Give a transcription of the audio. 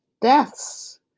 deaths